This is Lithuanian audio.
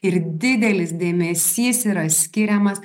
ir didelis dėmesys yra skiriamas